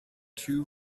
two